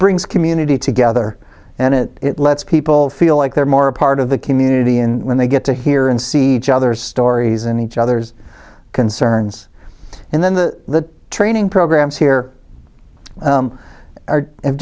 brings community together and it lets people feel like they're more a part of the community and when they get to hear and see other stories in each other's concerns and then the training programs here are have